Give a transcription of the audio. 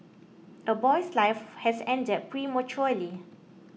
a boy's life has ended prematurely